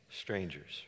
strangers